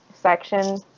section